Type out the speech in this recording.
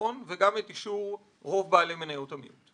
ואת אישור רוב בעלי מניות המיעוט,